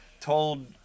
told